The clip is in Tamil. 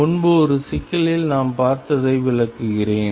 முன்பு ஒரு சிக்கலில் நாம் பார்த்ததை விளக்குகிறேன்